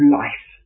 life